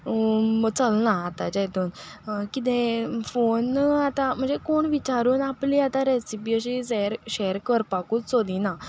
चलना आतांचे हितूंत कितें फोन आतां म्हणचे कोण विचारून आपली आतां रेसिपी अशी सेर शेर करपाकूच सोदिना